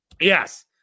Yes